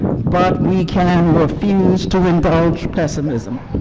but we can refuse to indulge pessimism,